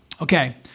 Okay